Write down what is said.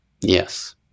Yes